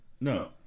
No